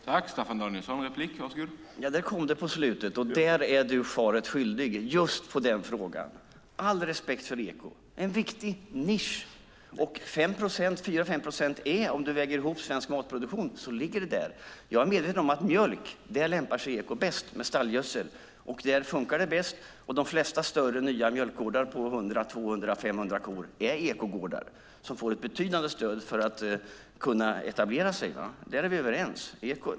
Herr talman! Det kom på slutet. Du är svaret skyldig i just den frågan. Jag har all respekt för ekoprodukter. Det är en viktig nisch. Det ligger på 4-5 procent om du väger ihop svensk matproduktion. Jag är medveten om att ekoproduktion med stallgödsel lämpar sig bäst och fungerar bäst för mjölk. De flesta större nya mjölkgårdar med 100, 200 eller 500 kor är ekogårdar. De får ett betydande stöd för att kunna etablera sig. Där är vi överens.